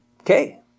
Okay